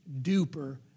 duper